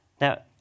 Now